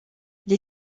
les